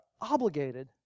obligated